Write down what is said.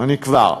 כבר.